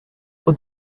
for